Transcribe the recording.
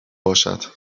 باشد